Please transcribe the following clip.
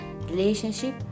relationship